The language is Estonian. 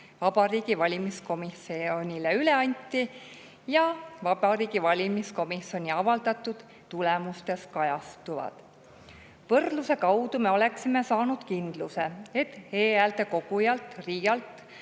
Vabariigi Valimiskomisjonile üle anti ja mis Vabariigi Valimiskomisjoni avaldatud tulemustes kajastuvad. Võrdluse kaudu oleksime saanud kindluse, et e‑häälte kogujalt RIA‑lt